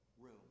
room